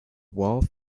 wall